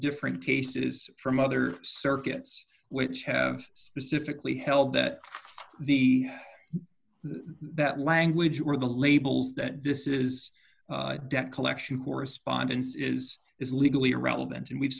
different cases from other circuits which have specifically held that the that language or the labels that this is debt collection correspondence is is legally irrelevant and we've